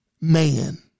man